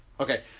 Okay